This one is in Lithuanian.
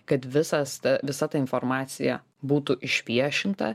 kad visas ta visa ta informacija būtų išviešinta